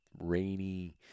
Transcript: rainy